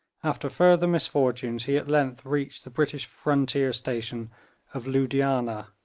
after further misfortunes he at length reached the british frontier station of loodianah,